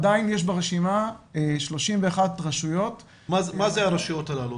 עדיין יש ברשימה 31 רשויות --- מה זה הרשויות הללו?